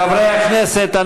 חברי הכנסת,